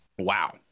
wow